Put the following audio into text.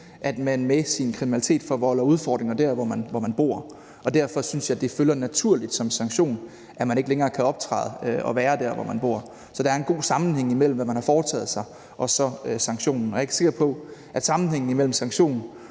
man begår og forvolder udfordringer med, og det sted, man bor, og derfor synes jeg, at det følger naturligt som en sanktion, at man ikke længere kan optræde og være der, hvor man bor. Så der er god sammenhæng imellem, hvad man har foretaget sig, og sanktionen, og jeg er ikke sikker på, at sammenhængen imellem sanktion